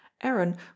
Aaron